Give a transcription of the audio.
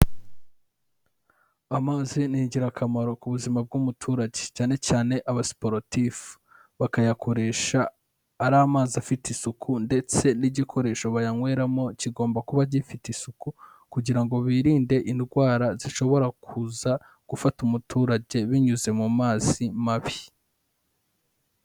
Amazi ni ingirakamaro ku buzima bw'umuturage, cyane cyane abasiporotifu, bakayakoresha ari amazi afite isuku ndetse n'igikoresho bayanyweramo kigomba kuba gifite isuku kugira ngo birinde indwara zishobora kuza gufata umuturage binyuze mu mazi mabi.